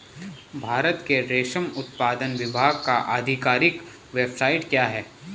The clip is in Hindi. भारत के रेशम उत्पादन विभाग का आधिकारिक वेबसाइट क्या है?